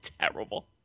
terrible